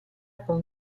con